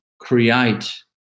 create